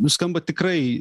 skamba tikrai